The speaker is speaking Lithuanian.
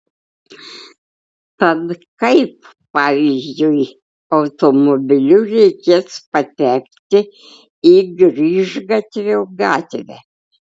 tad kaip pavyzdžiui automobiliu reikės patekti į grįžgatvio gatvę